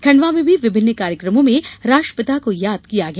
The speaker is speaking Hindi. खंडवा में भी विभिन्न कार्यक्रमों में राष्ट्रपिता को याद किया गया